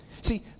See